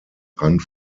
rand